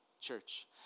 church